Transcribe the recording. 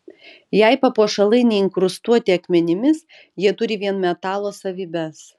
jei papuošalai neinkrustuoti akmenimis jie turi vien metalo savybes